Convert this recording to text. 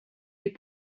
les